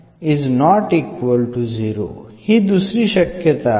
ही दुसरी शक्यता आहे